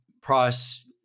price